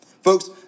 Folks